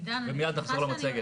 ומייד נחזור למצגת.